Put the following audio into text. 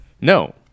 No